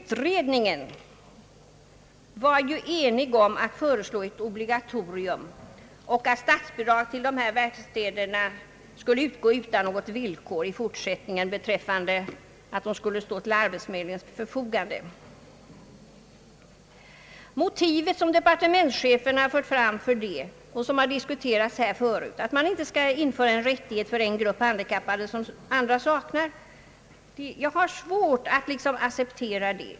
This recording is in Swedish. Utredningen var ju enig om att föreslå att det skulle vara ett obligatorium och att statsbidrag till dessa verkstäder skulle utgå i fortsättningen utan villkor att de skulle stå till arbetsförmedlingens förfogande. Jag har svårt att acceptera det motiv som departementschefen anför och som har diskuterats här förut, att man inte för en grupp handikappade skall införa en rättighet som andra saknar.